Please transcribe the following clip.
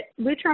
Lutron